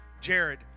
Jared